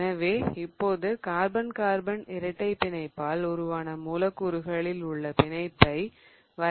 எனவே இப்போது carbon carbon இரட்டை பிணைப்பால் உருவான மூலக்கூறுகளில் உள்ள பிணைப்பை வரைபடத்தின் மூலம் புரிந்து கொள்ளலாம்